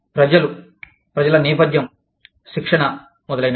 ప్రజలు ప్రజల నేపథ్యం శిక్షణ మొదలైనవి